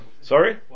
Sorry